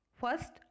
First